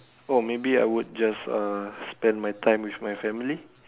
oh maybe I will just uh spend my time with my family